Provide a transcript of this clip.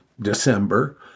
December